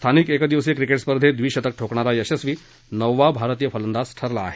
स्थानिक एकदिवसीय क्रिकेट स्पर्धेत द्विशतक ठोकणारा यशस्वी नववा भारतीय फलंदाज ठरला आहे